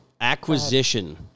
acquisition